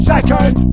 Second